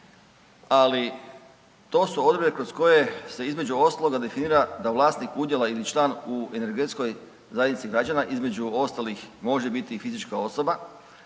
ali to su odredbe kroz koje se između ostalog definira da vlasnik udjela ili član u energetskoj zajednici građana između ostalih može biti i fizička osoba,